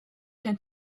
can